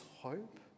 hope